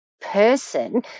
person